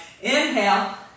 Inhale